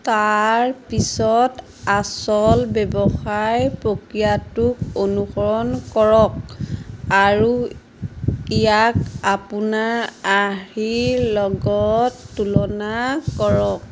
তাৰপিছত আচল ব্যৱসায় প্ৰক্ৰিয়াটোক অনুসৰণ কৰক আৰু ইয়াক আপোনাৰ আৰ্হিৰ লগত তুলনা কৰক